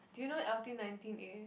do you know L_T-nineteen-A